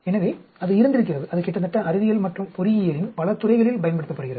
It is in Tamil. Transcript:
எனவே அது இருந்திருக்கிறது அது கிட்டத்தட்ட அறிவியல் மற்றும் பொறியியலின் பல துறைகளில் பயன்படுத்தப்படுகிறது